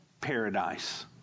Paradise